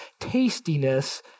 tastiness